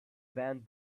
banned